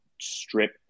strip